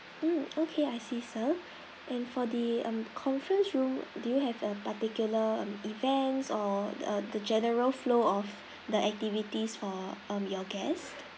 um okay I see sir and for the err conference room do you have a particular events or the the general flow of the activities for um your guest